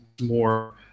more